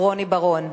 רוני בר-און,